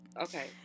Okay